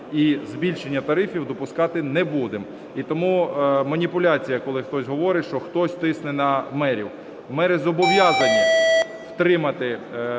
і збільшення тарифів допускати не будемо. І тому маніпуляція, коли хтось говорить, що хтось тисне на мерів. Мери зобов'язані втримати